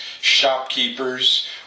shopkeepers